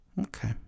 Okay